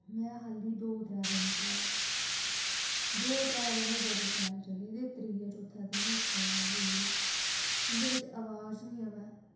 में खाल्ली दो त्रै दिन चलाए दो त्रै दिन ओह् बड़े शैल चले ते त्रिये चौथे दिन ओह् खराब होई गे उं'दे बिच्च अवाज नी आवै